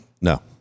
No